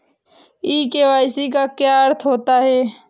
ई KYC का क्या अर्थ होता है?